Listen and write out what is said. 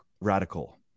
radical